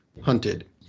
hunted